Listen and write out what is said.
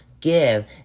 give